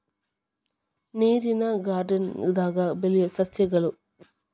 ನೇರಿನ ಗಾರ್ಡನ್ ದಾಗ ಬೆಳಿಯು ಸಸ್ಯಗಳು